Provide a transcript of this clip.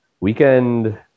weekend